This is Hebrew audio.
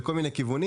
לכל מיני כיוונים.